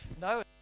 No